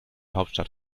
hauptstadt